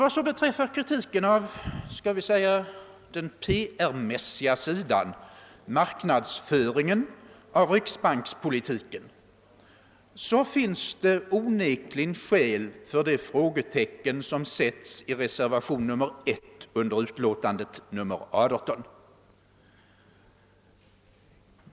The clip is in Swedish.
Vad så beträffar kritiken av den PR mässiga sidan av riksbankspolitiken, marknadsföringen, finns det onekligen skäl för de frågetecken som sätts i reservation nr 1 i bankoutskottets utlåtande nr 18.